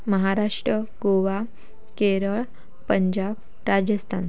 Maharashtra Goa Kerala Punjab Rajasthan